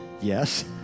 Yes